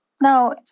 Now